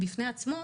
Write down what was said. בפני עצמו,